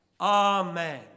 Amen